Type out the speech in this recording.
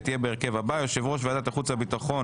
תהיה בהרכב הבא: יושב ראש ועדת החוץ והביטחון